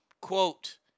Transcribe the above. Quote